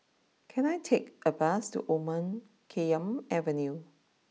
can I take a bus to Omar Khayyam Avenue